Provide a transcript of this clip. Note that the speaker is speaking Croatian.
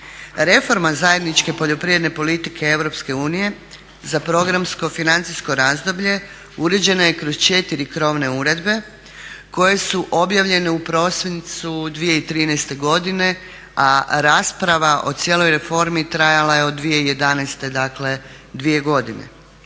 Reforma zajedničke poljoprivredne politike Europske unije za programsko financijsko razdoblje uređena je kroz četiri krovne uredbe koje su objavljene u prosincu 2013. godine, a rasprava o cijeloj reformi trajala je od 2011., dakle